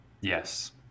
Yes